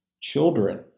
children